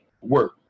work